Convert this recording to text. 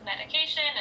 medication